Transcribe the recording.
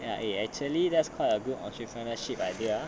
ya eh actually there's quite a good entrepreneurship idea ah